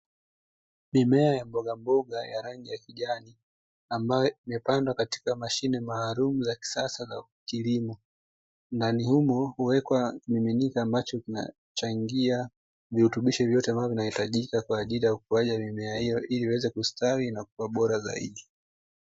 Mimea ya mbogamboga ya rangi ya kijani, ambayo imepandwa katika mashine maalumu za kisasa za kisasa za kilimo. Ndani humo huwekwa kimiminika ambacho kinachangia viritubisho vyote, ambavyo vinahitajika kwa ajili ya ukuaji wa mimea hiyo ili iweze kustawi na kuwa bora zaidi.